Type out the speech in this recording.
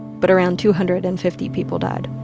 but around two hundred and fifty people died